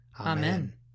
Amen